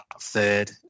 third